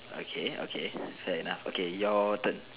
okay okay fair enough okay your turn